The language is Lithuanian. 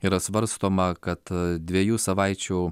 yra svarstoma kad dviejų savaičių